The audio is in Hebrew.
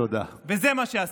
וזה מה שעשיתם.